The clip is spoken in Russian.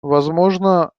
возможно